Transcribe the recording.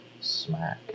smack